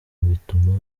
bituma